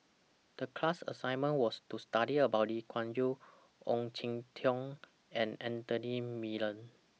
The class assignment was to study about Lee Kuan Yew Ong Jin Teong and Anthony Miller